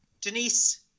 Denise